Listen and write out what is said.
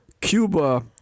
Cuba